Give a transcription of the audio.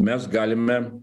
mes galime